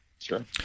Sure